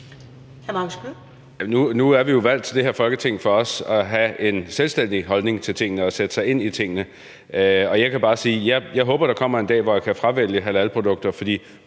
Nu er vi jo valgt til det her Folketing for også at have en selvstændig holdning til tingene og for at sætte os ind i tingene. Jeg kan bare sige, at jeg håber, at der kommer en dag, hvor jeg kan fravælge halalprodukter